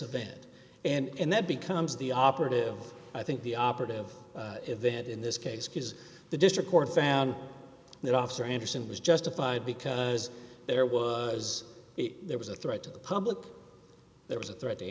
event and that becomes the operative i think the operative event in this case because the district court found that officer anderson was justified because there was there was a threat to the public there was a threat